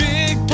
Big